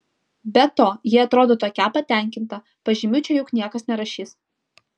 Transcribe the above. be to ji atrodo tokia patenkinta pažymių čia juk niekas nerašys